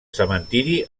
cementiri